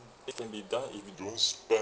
it can be done if you don't spend